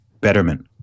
betterment